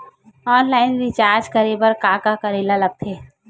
Online recharge करे बर का का करे ल लगथे?